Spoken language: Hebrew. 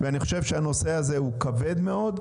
אני חושב שהנושא הזה הוא כבד מאוד,